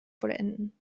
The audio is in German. vollenden